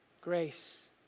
grace